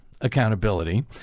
accountability